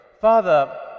Father